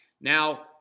now